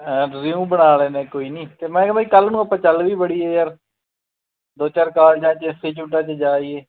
ਆ ਰਿਜਿਊਮ ਬਣਾ ਲੈਂਦੇ ਕੋਈ ਨਹੀਂ ਅਤੇ ਮੈਂ ਕਿਹਾ ਬਈ ਕੱਲ੍ਹ ਨੂੰ ਆਪਾਂ ਚੱਲ ਵੀ ਬੜੀਏ ਯਾਰ ਦੋ ਚਾਰ ਕਾਲਜਾਂ 'ਚ ਇੰਸਟੀਚਿਊਟਾਂ 'ਚ ਜਾ ਆਈਏ